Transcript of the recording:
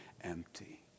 empty